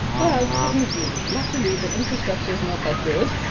well, technically. luckily the infrastructure is not that good,